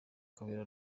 kabera